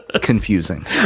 Confusing